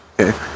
Okay